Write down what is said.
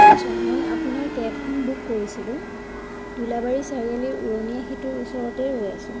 আচ্ছা মই আপোনাৰ কেবখন বুক কৰিছিলোঁ দোলাবাৰী চাৰিআলিৰ উৰণীয়া সেতুৰ ওচৰতেই ৰৈ আছোঁ